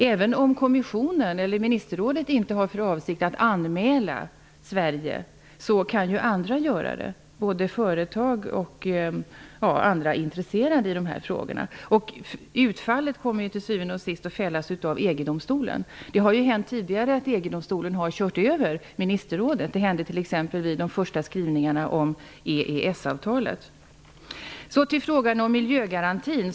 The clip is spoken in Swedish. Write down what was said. Även om kommissionen eller ministerrådet inte har för avsikt att anmäla Sverige kan ju andra göra det, t.ex. företag eller andra intresserade. Utfallet kommer till syvende och sist att beslutas av EG domstolen. Det har hänt tidigare att EG-domstolen har kört över ministerrrådet. Det hände t.ex. vid de första skrivningarna om EES-avtalet. Så till frågan om miljögarantin.